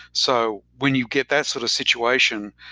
so when you get that sort of situation,